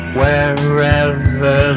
wherever